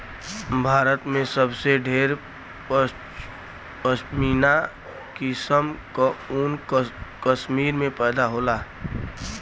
भारत में सबसे ढेर पश्मीना किसम क ऊन कश्मीर में पैदा होला